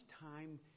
time